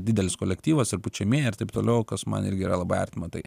didelis kolektyvas ir pučiamieji ir taip toliau kas man irgi yra labai artima tai